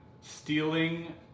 stealing